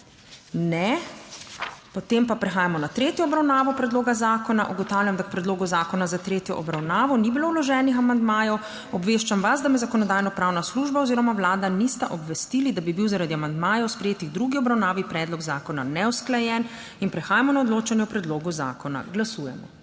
Ne. Potem pa prehajamo na tretjo obravnavo predloga zakona. Ugotavljam, da k predlogu zakona za tretjo obravnavo ni bilo vloženih amandmajev. Obveščam vas, da me Zakonodajno-pravna služba oziroma Vlada nista obvestili, da bi bil zaradi amandmajev sprejetih v drugi obravnavi, predlog zakona neusklajen. In prehajamo na odločanje o predlogu zakona. Glasujemo.